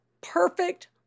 perfect